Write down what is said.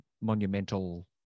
monumental